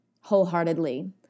wholeheartedly